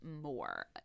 more